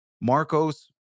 Marcos